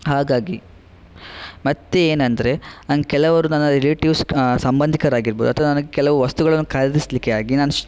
ಹಾಗಾಗಿ ಮತ್ತು ಏನಂದರೆ ನಂಗೆ ಕೆಲವರು ನನ್ನ ರಿಲೇಟಿವ್ಸ್ ಸಂಬಂಧಿಕರಾಗಿರ್ಬೋದು ಅಥ್ವಾ ನನಗೆ ಕೆಲವು ವಸ್ತುಗಳನ್ನು ಖರೀದಿಸ್ಲಿಕ್ಕಾಗಿ ನಾನು